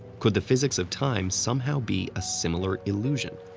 could the physics of time somehow be a similar illusion?